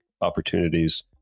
opportunities